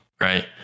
Right